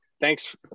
thanks